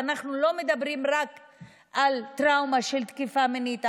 אנחנו לא מדברים רק על טראומה של תקיפה מינית,